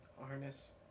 harness